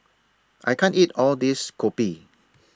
I can't eat All This Kopi